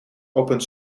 opent